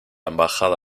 embajada